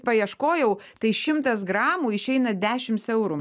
paieškojau tai šimtas gramų išeina dešims eurų